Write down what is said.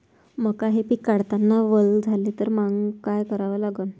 मका हे पिक काढतांना वल झाले तर मंग काय करावं लागन?